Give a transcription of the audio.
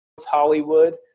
Hollywood